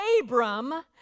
Abram